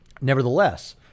Nevertheless